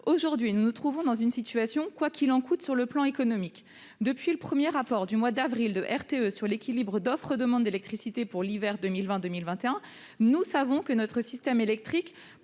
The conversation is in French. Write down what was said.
Aujourd'hui, nous nous trouvons dans une situation de « quoi qu'il en coûte » sur le plan économique. Depuis le premier rapport de RTE, au mois d'avril, sur l'équilibre entre l'offre et la demande d'électricité pour l'hiver 2020-2021, nous savons que notre système électrique